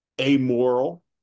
amoral